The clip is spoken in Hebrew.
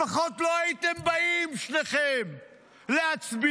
לפחות לא הייתם באים שניכם להצביע.